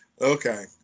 Okay